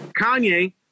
Kanye